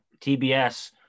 TBS